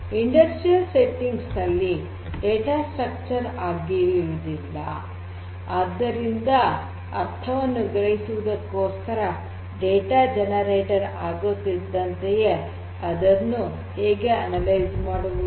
ಕೈಗಾರಿಕಾ ಸೆಟ್ಟಿಂಗ್ಸ್ ನಲ್ಲಿ data structure ಆಗಿ ಇರುವುದಿಲ್ಲ ಆದ್ದರಿಂದ ಅರ್ಥವನ್ನು ಗ್ರಹಿಸುವುದಕ್ಕೋಸ್ಕರ ಡೇಟಾ ಉತ್ಪಾದನೆ ಆಗುತ್ತಿದ್ದಂತೆಯೇ ಅದನ್ನು ಹೇಗೆ ಅನಲೈಜ್ ಮಾಡುವುದು